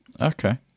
okay